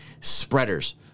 spreaders